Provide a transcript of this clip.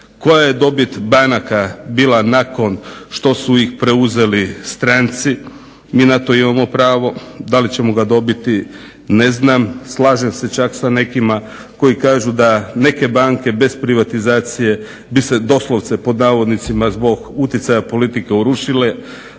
koja je dobit banaka bila nakon što su ih preuzeli stranci. Mi na to imamo pravo, da li ćemo ga dobiti ne znam. Slažem se čak s nekima koji kažu da neke banke bez privatizacije bi se doslovce pod navodnicima zbog utjecaja politike urušile,